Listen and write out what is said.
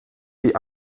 die